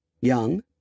Young